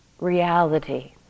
reality